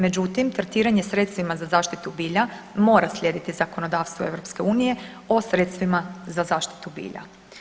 Međutim, tretiranje sredstvima za zaštitu bilja mora slijediti zakonodavstvo EU o sredstvima za zaštitu bilja.